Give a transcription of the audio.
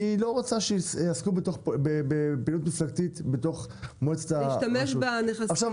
כי היא לא רוצה שיעסקו בפעילות מפלגתית בתוך מועצת הניקוז.